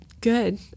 good